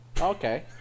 Okay